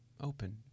open